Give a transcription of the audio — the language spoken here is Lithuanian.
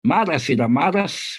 maras yra maras